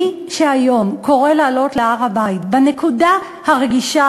שמי שהיום קורא לעלות להר-הבית בנקודה הרגישה